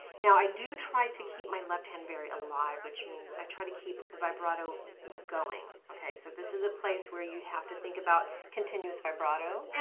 now i do try to keep my left hand very alive, which means i try to keep the vibrato going. so this is a place where you have to think about continuous vibrato.